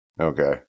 Okay